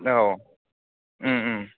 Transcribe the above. औ ओम ओम